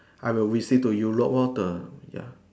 I will visit to Euro water ya